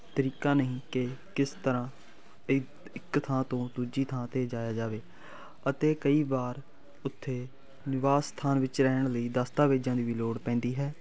ਤਰੀਕਾ ਨਹੀਂ ਕਿ ਕਿਸ ਤਰ੍ਹਾਂ ਇੱ ਇਕ ਥਾਂ ਤੋਂ ਦੂਜੀ ਥਾਂ 'ਤੇ ਜਾਇਆ ਜਾਵੇ ਅਤੇ ਕਈ ਵਾਰ ਉੱਥੇ ਨਿਵਾਸ ਸਥਾਨ ਵਿੱਚ ਰਹਿਣ ਲਈ ਦਸਤਾਵੇਜਾਂ ਦੀ ਵੀ ਲੋੜ ਪੈਂਦੀ ਹੈ